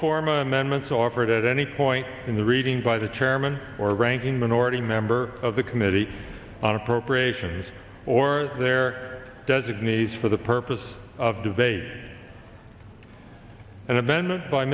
forma amendments offered at any point in the reading by the chairman or ranking minority member of the committee on appropriations or their designees for the purpose of debate an event by